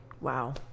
Wow